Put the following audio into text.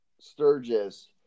Sturgis